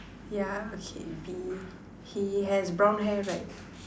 yeah okay B he has brown hair right